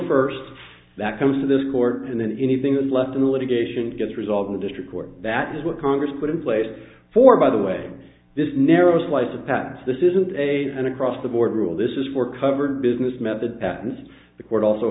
first that comes to this court and then anything is left in litigation gets resolved the district court that is what congress put in place for by the way this narrow slice of past this isn't a an across the board rule this is for covered business method patents the court also